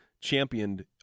championed